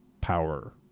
power